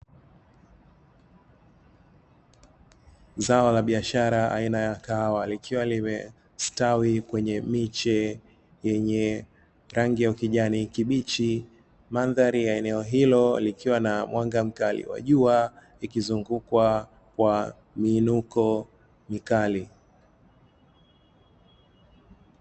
Zao la kahawa likiwa limestawi kwenye miche ya rangi ya kijani kibichi mandhari ya eneo hilo, likiwa na jua kali likizungukwa na miinuko mikali